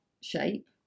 shape